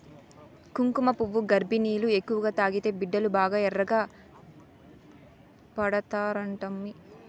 కుంకుమపువ్వు గర్భిణీలు ఎక్కువగా తాగితే బిడ్డలు బాగా ఎర్రగా పడతారంటమ్మీ